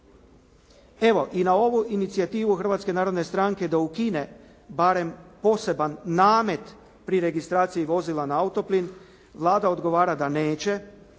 Evo i na ovu inicijativu Hrvatske narodne stranke da ukine barem poseban namet pri registraciji vozila na auto plin, Vlada odgovara da neće,